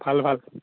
ভাল ভাল